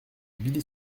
billy